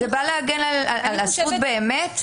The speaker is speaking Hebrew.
זה בא להגן על הזכות באמת?